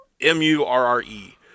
M-U-R-R-E